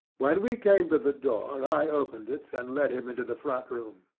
when we came to the door, i opened it, and led him into the front room.